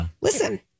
listen